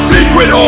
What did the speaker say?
Secret